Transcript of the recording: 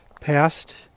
past